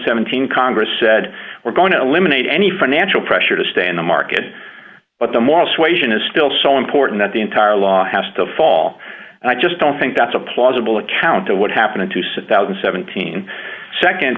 seventeen congress said we're going to eliminate any financial pressure to stay in the market but the moral suasion is still so important that the entire law has to fall and i just don't think that's a plausible account of what happened to some one thousand and seventeen